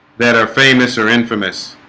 that are famous or infamous